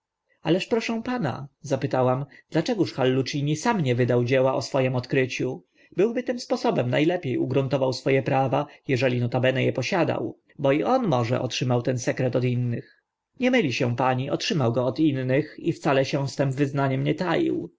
ale proszę pana zapytałam dlaczegóż hallucini sam nie wydał dzieła o swoim odkryciu byłby tym sposobem na lepie ugruntował swo e prawa eżeli notabene e posiadał bo i on może otrzymał ten sekret od innych nie myli się pani otrzymał go od innych i wcale się z tym wyznaniem nie taił